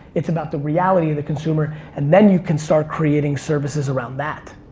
it's about the reality of the consumer and then you can start creating services around that.